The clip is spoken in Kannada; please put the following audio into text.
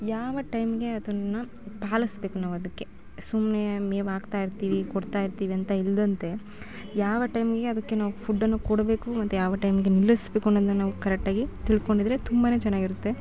ಯಾವ ಟೈಮ್ಗೆ ಅದನ್ನು ಬಳಸ್ಬೇಕು ನಾವು ಅದಕ್ಕೆ ಸುಮ್ಮನೆ ಮೇವಾಕ್ತಾಯಿರ್ತೀವಿ ಕೊಡ್ತಾಯಿರ್ತೀವಿ ಅಂತ ಇಲ್ಲದಂತೆ ಯಾವ ಟೈಮ್ಗೆ ಅದಕ್ಕೆ ನಾವು ಫುಡ್ಡನ್ನು ಕೊಡಬೇಕು ಅಂತ ಯಾವ ಟೈಮ್ಗೆ ನಿಲ್ಲಿಸಬೇಕು ಅನ್ನೋದನ್ನ ನಾವು ಕರೆಕ್ಟಾಗಿ ತಿಳ್ಕೊಂಡಿದ್ದರೆ ತುಂಬನೇ ಚೆನ್ನಾಗಿರುತ್ತೆ